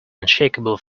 unshakeable